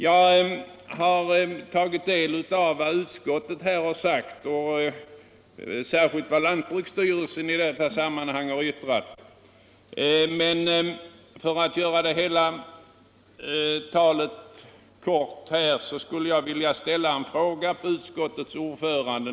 Jag har tagit del av vad utskottet sagt och vad lantbruksstyrelsen har skrivit i sammanhanget, men för att nu fatta mig kort vill jag bara ställa en fråga till utskottet ordförande.